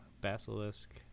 Basilisk